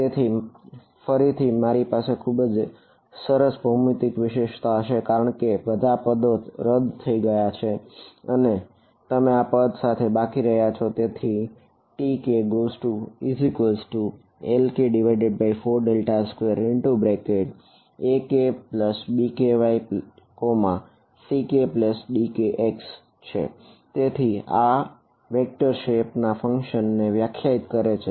તેથી ફરીથી મારી પાસે ખુબજ સરસ ભૌમિતિક વિશેષતા હશે કારણ કે બધા પદો રદ થઇ ગયા છે અને તમે આ પદ સાથે બાકી રહ્યા છો તેથી Tklk42AkBkyCkDkx તેથી આ વેક્ટર શેપ ને વ્યાખ્યાયિત કરે છે